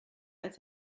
als